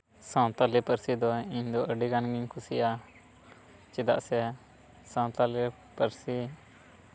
ᱥᱟᱱᱛᱟᱲᱤ ᱯᱟᱹᱨᱥᱤ ᱫᱚ ᱤᱧ ᱫᱚ ᱟᱹᱰᱤ ᱜᱟᱱ ᱜᱤᱧ ᱠᱩᱥᱤᱭᱟᱜᱼᱟ ᱪᱮᱫᱟᱜ ᱥᱮ ᱥᱟᱱᱛᱟᱲᱤ ᱯᱟᱹᱨᱥᱤ